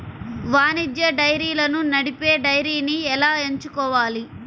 వాణిజ్య డైరీలను నడిపే డైరీని ఎలా ఎంచుకోవాలి?